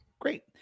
Great